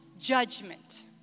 judgment